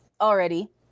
already